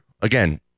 again